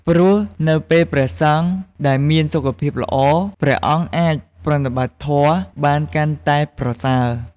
ព្រោះនៅពេលព្រះសង្ឃដែលមានសុខភាពល្អ ព្រះអង្គអាចប្រតិបត្តិធម៌បានកាន់តែប្រសើរ។